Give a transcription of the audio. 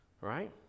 Right